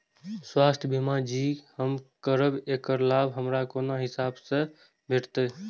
स्वास्थ्य बीमा जे हम करेब ऐकर लाभ हमरा कोन हिसाब से भेटतै?